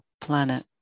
planet